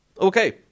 Okay